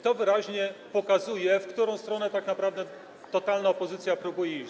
To wyraźnie pokazuje, w którą stronę tak naprawdę totalna opozycja próbuje iść.